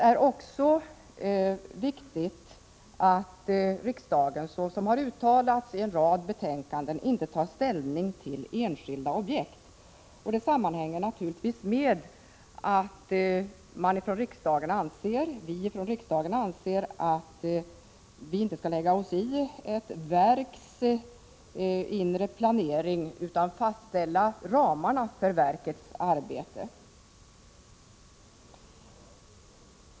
Det är också viktigt att riksdagen, såsom har uttalats i en rad betänkanden, inte tar ställning till enskilda objekt. Det hänger naturligtvis samman med att vi i riksdagen anser att vi inte skall lägga oss i ett verks planering, utan fastställa ramarna för dess arbete.